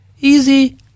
easy